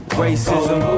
racism